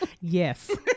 Yes